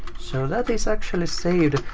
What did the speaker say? so that is actually saved.